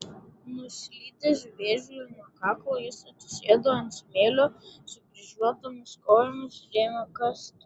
nuslydęs vėžliui nuo kaklo jis atsisėdo ant smėlio sukryžiuotomis kojomis ir ėmė kasti